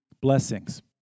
blessings